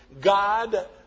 God